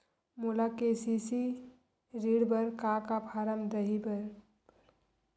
मोला के.सी.सी ऋण बर का का फारम दही बर?